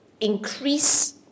Increase